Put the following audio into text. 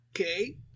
Okay